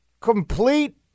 complete